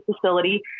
facility